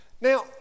Now